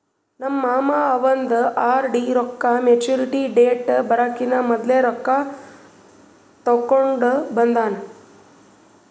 ನಮ್ ಮಾಮಾ ಅವಂದ್ ಆರ್.ಡಿ ರೊಕ್ಕಾ ಮ್ಯಚುರಿಟಿ ಡೇಟ್ ಬರಕಿನಾ ಮೊದ್ಲೆ ರೊಕ್ಕಾ ತೆಕ್ಕೊಂಡ್ ಬಂದಾನ್